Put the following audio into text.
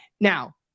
Now